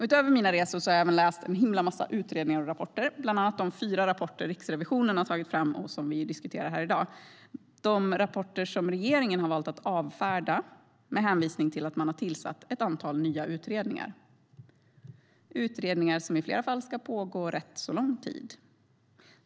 Utöver mina resor har jag även läst en massa utredningar och rapporter, bland annat de fyra rapporter som Riksrevisionen har tagit fram och som vi diskuterar här i dag. Dessa rapporter har regeringen valt att avfärda med hänvisning till att man tillsatt ett antal nya utredningar, som i flera fall ska pågå rätt lång tid.